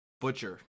Butcher